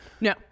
No